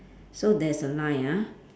so there's a line ah